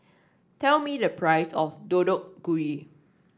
tell me the price of Deodeok Gui